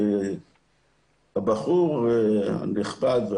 הבחור הנכבד,